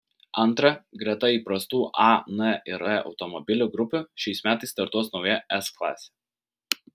antra greta įprastų a n ir r automobilių grupių šiais metais startuos nauja s klasė